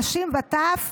נשים וטף,